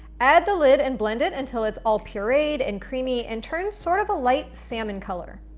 add the lid and blend it until it's all pureed and creamy and turns sort of a light salmon color.